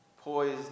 poised